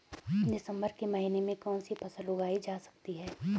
दिसम्बर के महीने में कौन सी फसल उगाई जा सकती है?